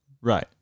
Right